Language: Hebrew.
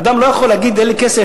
אדם לא יכול להגיד: אין לי כסף,